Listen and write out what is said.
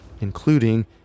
including